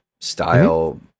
style